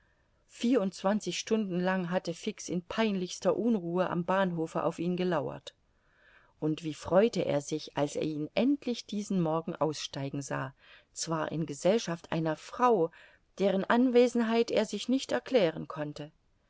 vierundzwanzig stunden lang hatte fix in peinlichster unruhe am bahnhofe auf ihn gelauert und wie freute er sich als er ihn endlich diesen morgen aussteigen sah zwar in gesellschaft einer frau deren anwesenheit er sich nicht erklären konnte